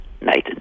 Nathan